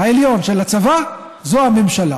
העליון של הצבא זו הממשלה.